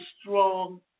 strong